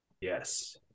Yes